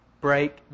Break